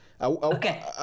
Okay